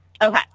Okay